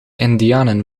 indianen